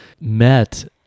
met